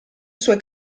sue